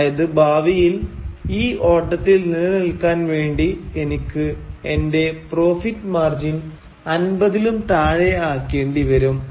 അതായത് ഭാവിയിൽ ഈ ഓട്ടത്തിൽ നിലനിൽക്കാൻ വേണ്ടി എനിക്ക് എന്റെ പ്രോഫിറ്റ് മാർജിൻ 50ലും താഴെ ആക്കേണ്ടി വരും